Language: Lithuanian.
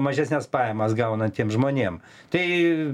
mažesnes pajamas gaunantiem žmonėm tai